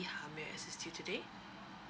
how may I assist you today